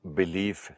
belief